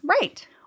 Right